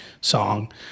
song